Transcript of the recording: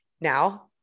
Now